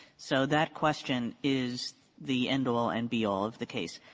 so that question is the end-all and be-all of the case.